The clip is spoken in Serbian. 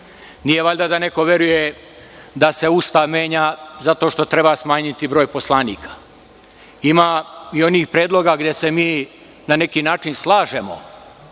Nije valjda da neko veruje da se Ustav menja zato što treba smanjiti broj poslanika? Ima i onih predloga gde se mi na neki način slažemo